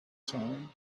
time